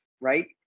right